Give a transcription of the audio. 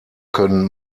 können